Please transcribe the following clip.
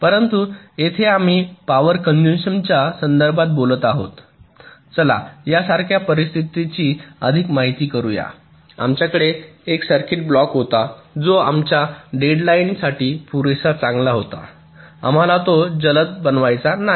परंतु येथे आम्ही पॉवर कॅनजुमशन च्या संदर्भात बोलत आहोत चला यासारख्या परिस्थितीची अधिक माहिती करूया आमच्याकडे एक सर्किट ब्लॉक होता जो आमच्या डेडलाइन साठी पुरेसा चांगला होता आम्हाला तो जलद बनवायचा नाही